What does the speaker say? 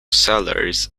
sellers